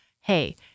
hey